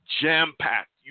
jam-packed